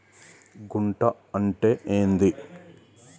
గుంట అంటే ఏంది?